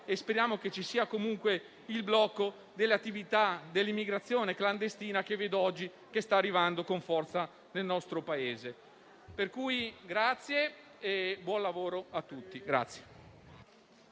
e speriamo che ci sia comunque il blocco dell'attività dell'immigrazione clandestina, che oggi sta arrivando con forza del nostro Paese. Grazie e buon lavoro a tutti.